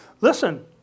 Listen